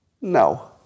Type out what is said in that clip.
No